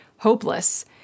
hopeless